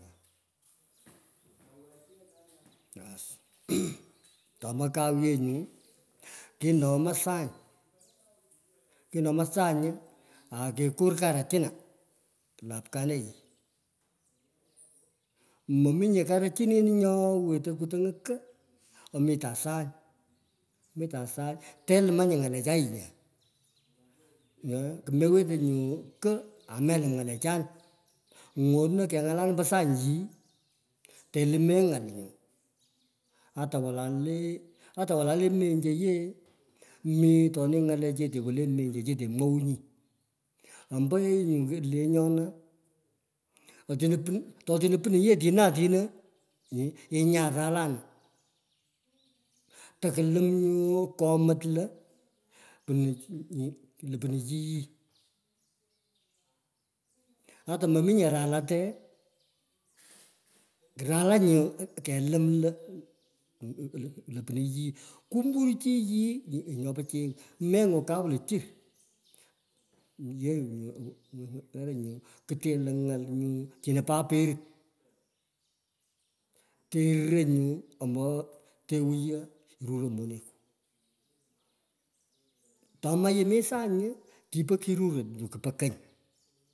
Aas otombo kau ye nyou. Kenoghoi akekor maa sany, kinoghe, maa sang. Karaching nyo weter mitan sany karachinin sany to aphane yri. Mominye mutong'ei ko, omitan telumanyi ngalechan. yi nyaa, com, kumewete nyu ho amelúm. ngalechan ng'ono kengalana ambo sany yii telume ngal nyu. Ata menjo yee, mitoni ngalechete wolai le a to walar le wole mengo chere otino pun inyaa salanus omwrwunyi ombo yee nyus lenyona naa tino lo punu chi yii. Ata meminge totino pun yee otino takulum nyu komet rolate, ratany. helom kumbur chi yii chur. Ye nyuu nyu chine lo, lo puno yie nyo pichiy, mengwun wernyou. kitere ngal te wuyo sany, karuro po aperit. Kirurenyu ombo turo monenwu. Ato magi nyu kupo kony.